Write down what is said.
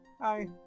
hi